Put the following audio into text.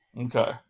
Okay